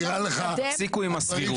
תפסיקו עם הסבירות.